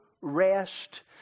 rest